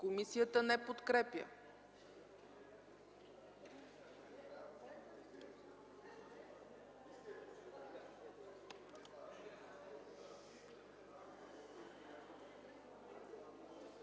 комисията не подкрепя.